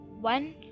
one